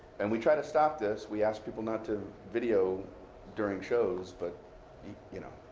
and we try to stop this we ask people not to video during shows. but you know,